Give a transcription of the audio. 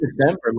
December